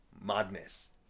madness